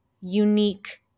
unique